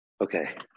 Okay